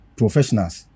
professionals